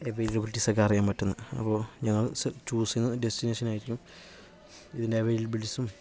അവൈലബിലിറ്റീസൊക്കെ അറിയാൻ പറ്റുന്നത് അപ്പോൾ ഞങ്ങൾസ് ചൂസ് ചെയ്യുന്ന ഡെസ്റ്റിനേഷൻ ആയിരിക്കും ഇതിൻ്റെ അവൈലബിലിറ്റിസും